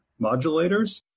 modulators